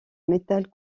métal